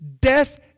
death